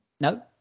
No